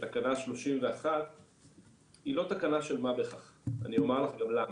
שתקנה 31 היא לא תקנה של מה בכך ואני אומר לך גם למה.